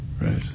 right